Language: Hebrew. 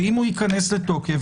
שאם הוא ייכנס לתוקף,